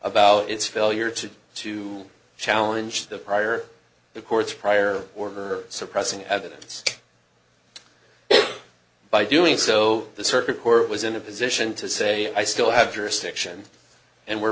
about its failure to to challenge the prior the court's prior were suppressing evidence by doing so the circuit court was in a position to say i still have jurisdiction and we're